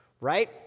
right